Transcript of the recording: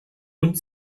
und